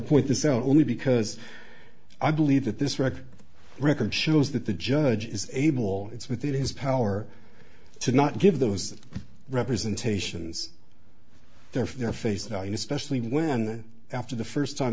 point this out only because i believe that this record record shows that the judge is able it's within his power to not give those representations there for their face value especially when after the first time